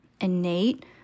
innate